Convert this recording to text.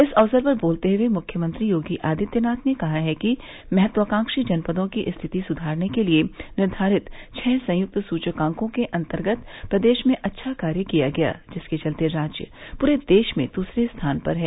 इस अवसर पर बोलते हुए मुख्यमंत्री योगी आदित्यनाथ ने कहा कि महत्वाकांक्षी जनपदों की स्थिति सुधारने के लिए निर्वारित छह संयुक्त सुचकांकों के अन्तर्गत प्रदेश में अच्छा कार्य किया गया जिसके चलते राज्य पूरे देश में दूसरे स्थान पर है